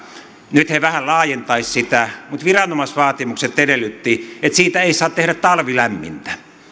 nyt he vähän laajentaisivat sitä mutta viranomaisvaatimukset edellyttivät että siitä ei saa tehdä talvilämmintä